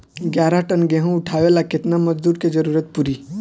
ग्यारह टन गेहूं उठावेला केतना मजदूर के जरुरत पूरी?